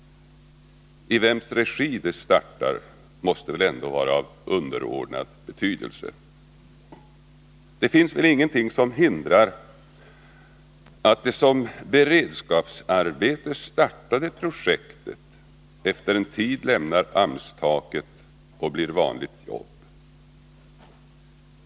I vems regi det startar måste väl ändå vara av underordnad betydelse. Det finns väl ingenting som hindrar att det som beredskapsarbete startade projektet efter en tid lämnar AMS-taket och blir ”vanligt” jobb.